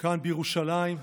כאן בירושלים,